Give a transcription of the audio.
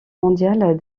mondial